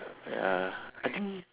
ya I think